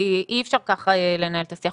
אי אפשר כך לנהל את השיחות.